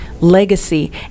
legacy